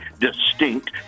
distinct